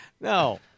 No